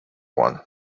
one